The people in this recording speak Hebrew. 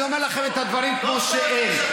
אני אומר לכם את הדברים כמו שהם.